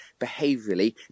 behaviourally